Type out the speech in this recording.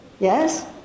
Yes